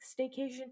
staycation